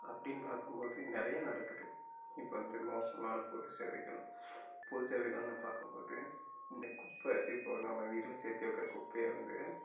அப்படின்னு பார்க்கும்போது நிறைய நடக்குது இப்போ வந்து மோசமான பொதுசேவைகள் பொது சேவைகள்னு பார்க்கம்போது இந்த குப்பை இப்போது நம்ம வீட்டில சேர்த்து வைக்கிற குப்பையை வந்து